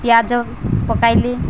ପିଆଜ ପକାଇଲି